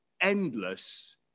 endless